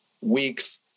weeks